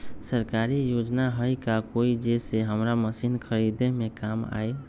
सरकारी योजना हई का कोइ जे से हमरा मशीन खरीदे में काम आई?